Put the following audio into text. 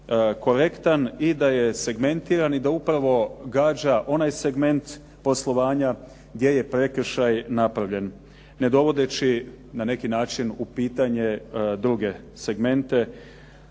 korektan i da je segmentiran i da upravo gađa onaj segment poslovanja gdje je prekršaj napravljen ne dovodeći na neki način u pitanje druge segmente